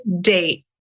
date